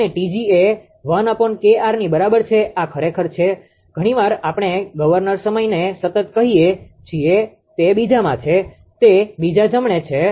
અને 𝑇𝑔 એ 1𝐾𝑅 ની બરાબર છે આ ખરેખર છે ઘણીવાર આપણે ગવર્નર સમયને સતત કહીએ છીએ તે બીજામાં છે તે બીજા જમણે છે